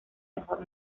mejor